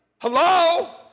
Hello